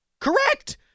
Correct